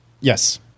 Yes